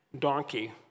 donkey